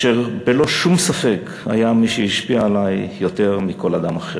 אשר בלא שום ספק היה מי שהשפיע עלי יותר מכל אדם אחר.